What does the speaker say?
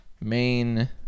main